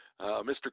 Mr